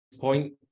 point